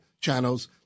channels